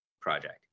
project